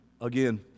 again